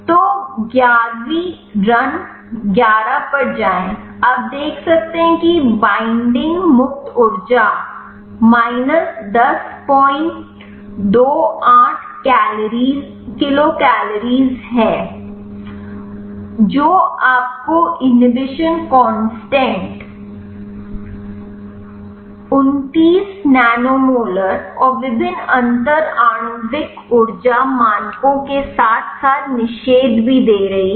तो 11 वीं रन 11 पर जाएं आप देख सकते हैं कि बिंडिंग मुक्त ऊर्जा माइनस 1028 किलो कैलोरी है और जो आपको इन्हिबीशन कांस्टेंट 29 नैनो मोलर और विभिन्न अंतर आणविक ऊर्जा मानकों के साथ साथ निषेध भी दे रही है